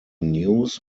news